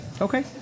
Okay